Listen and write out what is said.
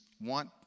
want